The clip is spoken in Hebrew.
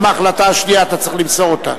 גם ההחלטה השנייה, אתה צריך למסור אותה.